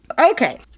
Okay